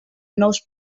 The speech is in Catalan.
nous